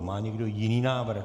Má někdo jiný návrh?